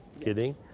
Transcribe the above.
kidding